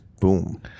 Boom